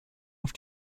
auf